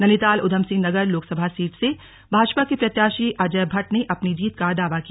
Nainital Udham Singh Nagar Lok Sabha seat से भाजपा के प्रत्याशी अजय भट्ट ने अपनी जीत का दावा किया